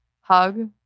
hug